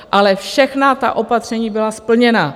Ale všechna ta opatření byla splněna.